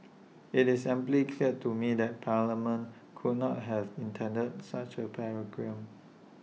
IT is amply clear to me that parliament could not have intended such A paradigm